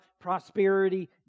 prosperity